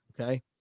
okay